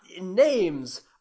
Names